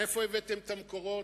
מאיפה הבאתם את המקורות?